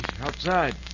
outside